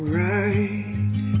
right